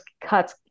cuts